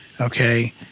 okay